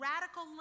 radical